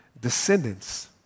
descendants